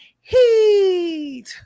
Heat